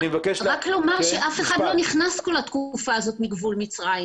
רק לומר שאף אחד לא נכנס מגבול מצרים בתקופה הזאת.